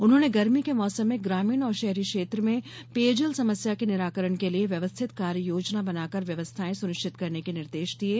उन्होंने गर्मी के मौसम में ग्रामीण और शहरी क्षेत्र में पेयजल समस्या के निराकरण के लिए व्यवस्थित कार्य योजना बनाकर व्यवस्थाएँ सुनिश्चित करने के निर्देश दिये